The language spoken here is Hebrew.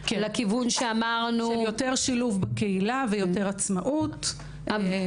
יותר שילוב בקהילה ויותר עצמאות.